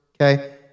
okay